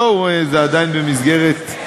זה עדיין במסגרת,